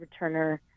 returner